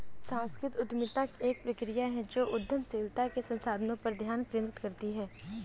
सांस्कृतिक उद्यमिता एक प्रक्रिया है जो उद्यमशीलता के संसाधनों पर ध्यान केंद्रित करती है